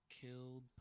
Killed